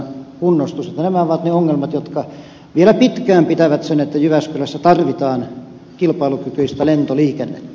nämä ovat ne ongelmat jotka vielä pitkään pitävät sen että jyväskylässä tarvitaan kilpailukykyistälentoliiken